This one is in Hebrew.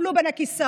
שייפלו בין הכיסאות.